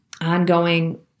ongoing